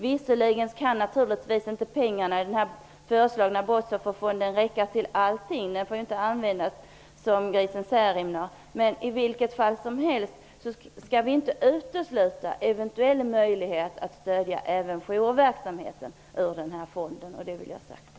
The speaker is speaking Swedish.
Visserligen kan naturligtvis pengarna i den föreslagna brottsofferfonden inte räcka till allting. Den får ju inte användas som grisen Särimner. Men i vilket fall som helst skall man inte utesluta en eventuell möjlighet att stödja även jourverksamheten med medel ur denna fond, och det vill jag ha sagt.